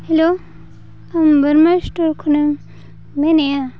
hello ᱟᱢ Barma store ᱠᱷᱚᱱᱮᱢ ᱢᱮᱱᱮᱜᱼᱟ